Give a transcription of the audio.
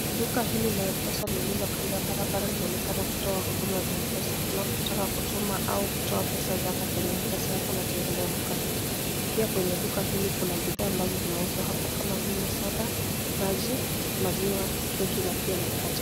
Duka hili la mpesa lililo kando ya barabara linaonekana kutoa huduma za mpesa. Unapotaka kutuma au kutoa pesa zako kwenye mpesa yako unatembelea duka hili. Pia kwenye duka hili kuna bidhaa ambazo zinauzwa hapa kama vile soda, maji, maziwa, keki na pia mikate.